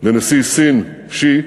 לנשיא סין שי בבייג'ין,